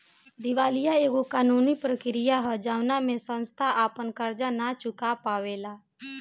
दिवालीया एगो कानूनी प्रक्रिया ह जवना में संस्था आपन कर्जा ना चूका पावेला